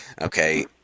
okay